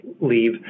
leave